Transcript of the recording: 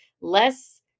less